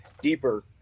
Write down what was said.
deeper